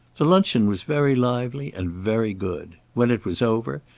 the luncheon was very lively and very good. when it was over,